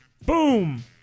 boom